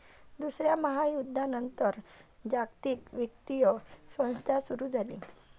दुसऱ्या महायुद्धानंतर जागतिक वित्तीय व्यवस्था सुरू झाली